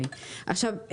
עכשיו,